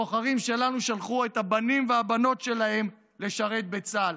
הבוחרים שלנו שלחו את הבנים והבנות שלהם לשרת בצה"ל.